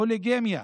פוליגמיה,